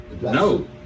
No